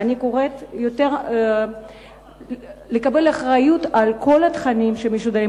ואני קוראת לקבל אחריות על כל התכנים שמשודרים